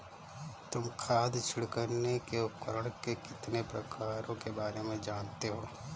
तुम खाद छिड़कने के उपकरण के कितने प्रकारों के बारे में जानते हो?